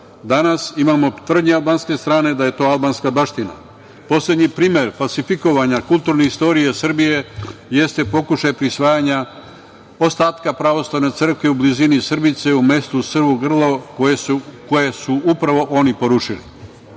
danas imamo tvrdnju albanske strane da je to albanska baština. Poslednji primer falsifikovanja kulturne istorije Srbije jeste pokušaj prisvajanja ostatka pravoslavne crkve u blizini Srbice u mestu Suvo Grlo, koje su upravo oni porušili. Još